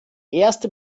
erste